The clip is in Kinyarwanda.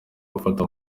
gufata